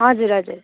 हजुर हजुर